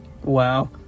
Wow